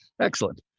Excellent